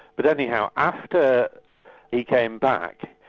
but anyhow, after he came back,